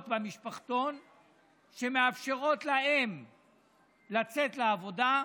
במשפחתונים שמאפשרים לאם לצאת לעבודה,